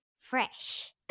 fresh